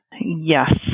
Yes